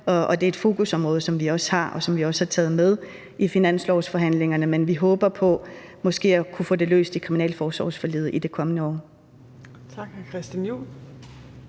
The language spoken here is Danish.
som vi også har, og som vi også har taget med i finanslovsforhandlingerne. Men vi håber på måske at kunne få det løst i kriminalforsorgsforliget i det kommende år.